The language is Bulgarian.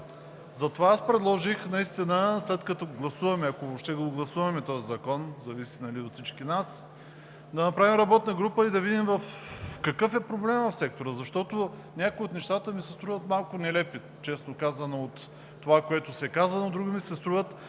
Затова предложих, след като гласуваме, ако въобще го гласуваме този закон – зависи от всички нас, да направим работна група и да видим какъв е проблемът в сектора, защото някои от нещата ми се струват малко нелепи – от онова, което се каза. Но ако има